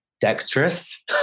dexterous